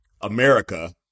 America